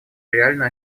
реально